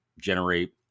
generate